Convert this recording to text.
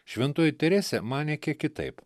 šventoji teresė manė kiek kitaip